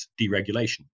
deregulation